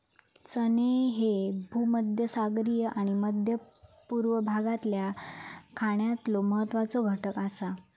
चणे ह्ये भूमध्यसागरीय आणि मध्य पूर्व भागातल्या खाण्यातलो महत्वाचो घटक आसा